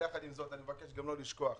יחד עם זאת, אני מבקש גם לא לשכוח,